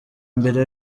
mbere